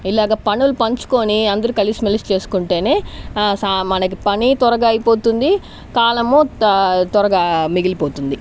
ఇలాగ పనులు పంచుకొని అందరు కలిసిమెలిసి చేసుకుంటేనే ఆ సా మనకి పని త్వరగా అయిపోతుంది కాలము త్వరగా మిగిలిపోతుంది